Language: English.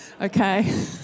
okay